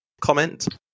comment